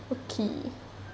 okay